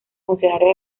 funcionarios